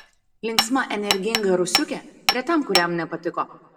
linksma energinga rusiukė retam kuriam nepatiko